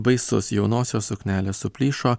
baisus jaunosios suknelė suplyšo